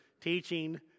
teaching